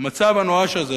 המצב הנואש הזה,